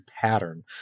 pattern